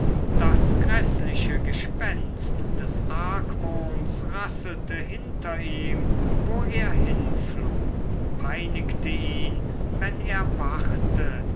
das gräßliche gespenst des argwohns rasselte hinter ihm wo er hinfloh peinigte ihn wenn er wachte